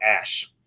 Ash